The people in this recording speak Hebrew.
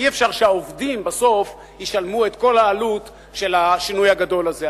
אי-אפשר שבסוף העובדים ישלמו את כל העלות של השינוי הגדול הזה.